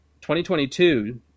2022